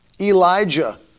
Elijah